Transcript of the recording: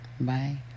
Bye